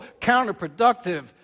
counterproductive